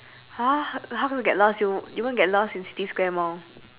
!huh! how how do you get lost you you won't get lost in city square mall